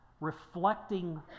reflecting